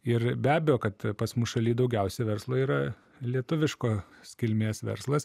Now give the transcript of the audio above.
ir be abejo kad pas mus šaly daugiausiai verslo yra lietuviškos kilmės verslas